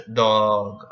dog